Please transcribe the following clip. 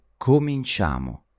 Cominciamo